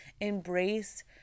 embrace